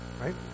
right